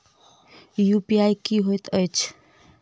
UPI की होइत अछि